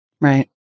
Right